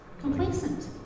complacent